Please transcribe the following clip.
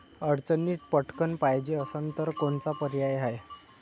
अडचणीत पटकण पायजे असन तर कोनचा पर्याय हाय?